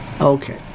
Okay